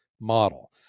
model